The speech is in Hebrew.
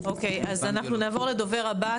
אז אנחנו נעבור לדובר הבא.